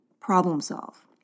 problem-solve